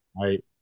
right